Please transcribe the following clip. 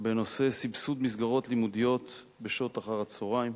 בנושא סבסוד מסגרות לימודיות בשעות אחר-הצהריים,